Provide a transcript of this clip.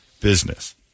business